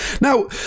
Now